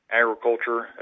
agriculture